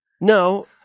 No